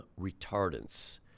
retardants